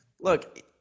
look